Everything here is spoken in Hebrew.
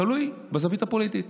תלוי בזווית הפוליטית.